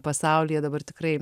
pasaulyje dabar tikrai